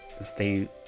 stay